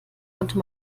konnte